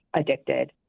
addicted